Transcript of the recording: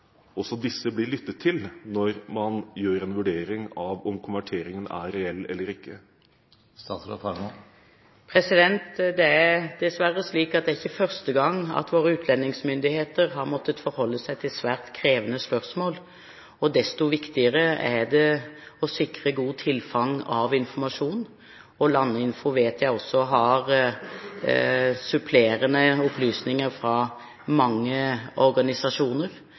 også disse blir lyttet til når man gjør en vurdering av om konverteringen er reell eller ikke? Det er dessverre slik at det ikke er første gang våre utlendingsmyndigheter har måttet forholde seg til svært krevende spørsmål. Desto viktigere er det å sikre godt tilfang av informasjon, og Landinfo vet jeg har supplerende opplysninger fra mange organisasjoner.